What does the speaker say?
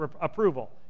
approval